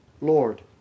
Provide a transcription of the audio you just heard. Lord